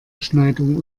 beschneidung